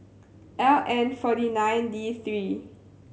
L N forty nine D three